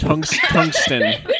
Tungsten